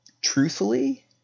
truthfully